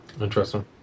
Interesting